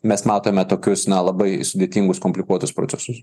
mes matome tokius na labai sudėtingus komplikuotus procesus